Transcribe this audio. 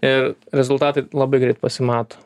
ir rezultatai labai greit pasimato